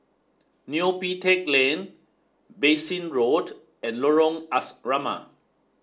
Neo Pee Teck Lane Bassein Road and Lorong Asrama